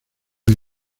una